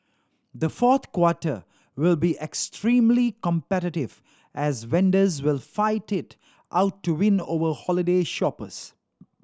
the fourth quarter will be extremely competitive as vendors will fight it out to win over holiday shoppers